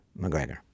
McGregor